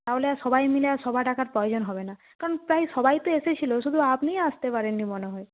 তাহলে আর সবাই মিলে আর সভা ডাকার প্রয়োজন হবে না কারণ প্রায় সবাই তো এসেছিলো শুধু আপনিই আসতে পারেন নি মনে হয়